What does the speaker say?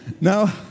Now